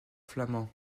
flamand